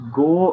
go